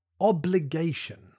obligation